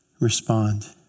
respond